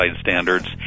standards